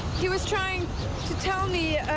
he was trying to tell me. ah,